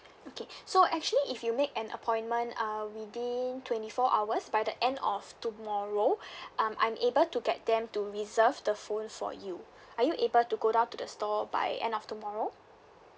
okay so actually if you make an appointment uh within twenty four hours by the end of tomorrow um I'm able to get them to reserve the phone for you are you able to go down to the store by end of tomorrow